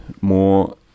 more